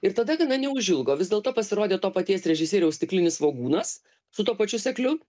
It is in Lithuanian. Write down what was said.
ir tada gana neužilgo vis dėlto pasirodė to paties režisieriaus stiklinis svogūnas su tuo pačiu sekliu